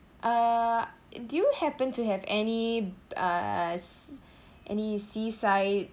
uh do you happen to have any uh se~ any sea side